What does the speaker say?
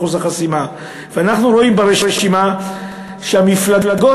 ואנחנו רואים ברשימה שהמפלגות